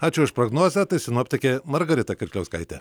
ačiū už prognozę tai sinoptikė margarita kirkliauskaitė